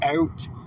out